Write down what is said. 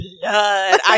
blood